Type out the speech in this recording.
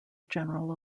general